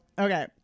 okay